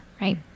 Right